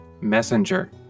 Messenger